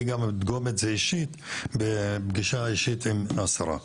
אני גם אבדוק את זה אישית בפגישה אישית עם השרה.